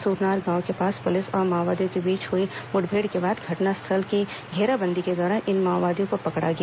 सूरनार गांव के पास पुलिस और माओवादियों के बीच हुई मुठभेड़ के बाद घटनास्थल की घेराबंदी के दौरान इन माओवादियों को पकड़ा गया